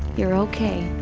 you're okay.